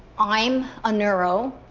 i'm a neuro,